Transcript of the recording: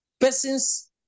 Persons